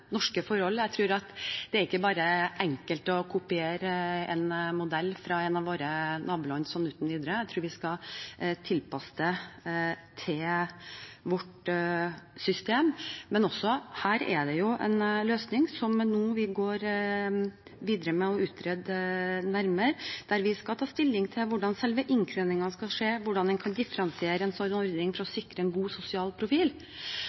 Det er ikke uten videre enkelt å kopiere en modell fra et av våre naboland. Jeg tror vi skal tilpasse det til vårt system. Her er det en løsning som vi nå går videre med og utreder nærmere. Vi skal ta stilling til hvordan selve innkrevingen skal skje, og hvordan man kan differensiere en ordning for å sikre en god sosial profil.